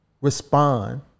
respond